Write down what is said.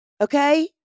Okay